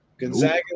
Gonzaga